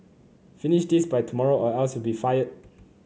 finish this by tomorrow or else you'll be fired